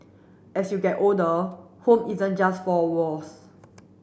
as you get older home isn't just four walls